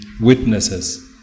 witnesses